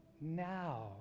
now